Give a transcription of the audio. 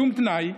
בשום תנאי,